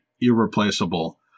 irreplaceable